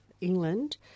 England